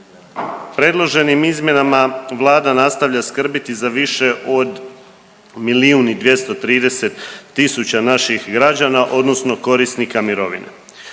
Predloženim izmjenama vlada nastavlja skrbiti za više od miliju i 230 tisuća naših građana odnosno korisnika mirovine.